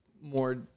more